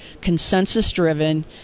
consensus-driven